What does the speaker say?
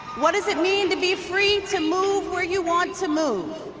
what does it mean to be free to move where you want to move?